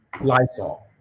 Lysol